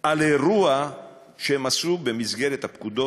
על אירוע שהם עשו במסגרת הפקודות,